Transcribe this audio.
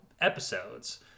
episodes